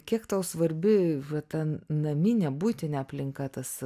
kiek tau svarbi va ta naminė buitinė aplinka tas